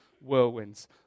whirlwinds